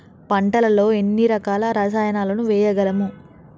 పంటలలో ఎన్ని రకాల రసాయనాలను వేయగలము?